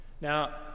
Now